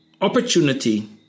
opportunity